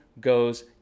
goes